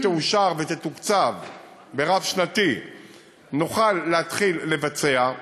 תאושר ותתוקצב ברב-שנתי נוכל להתחיל לבצע,